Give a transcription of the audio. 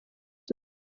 ubu